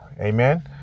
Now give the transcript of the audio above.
Amen